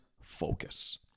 focus